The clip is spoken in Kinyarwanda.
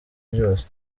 byose